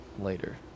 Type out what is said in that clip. Later